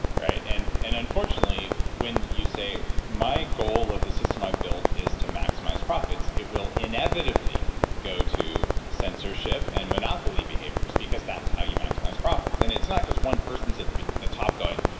right? and and unfortunately, when you say my goal of the system i've built is to maximize profits, it will inevitably go to censorship and monopoly behaviors because that's how you maximize profits. and it's not because one person's at the the top going,